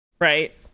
right